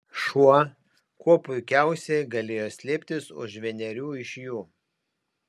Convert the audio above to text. šuo kuo puikiausiai galėjo slėptis už vienerių iš jų